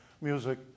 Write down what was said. music